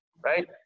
Right